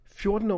14